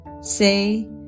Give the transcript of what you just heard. say